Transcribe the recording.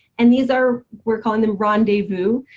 and these are we're calling them rendezvous